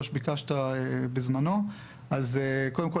קודם כל,